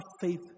faith